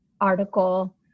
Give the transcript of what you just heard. article